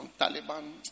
Taliban